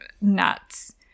nuts